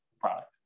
product